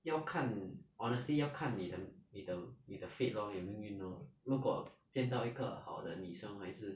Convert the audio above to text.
要看 honestly 要看你的你的你的 fate lor 你的命运 lor 如果见到一个好的女生还是